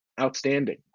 outstanding